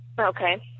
Okay